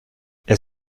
est